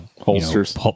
holsters